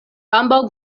ambaŭ